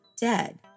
dead